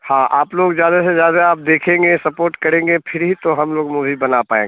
हाँ आप लोग ज़्यादा से ज़्यादा आप देखेंगे सपोर्ट करेंगे फिर ही तो हम लोग मूवी बना पाएँगे